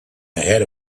ahead